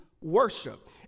worship